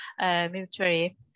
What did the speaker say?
military